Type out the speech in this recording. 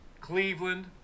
Cleveland